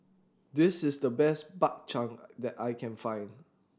this is the best Bak Chang that I can find